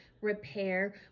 repair